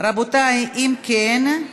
חבר הכנסת יוסי יונה,